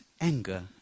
anger